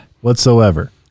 Whatsoever